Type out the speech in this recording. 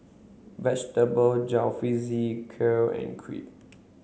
vegetable Jalfrezi Kheer and Crepe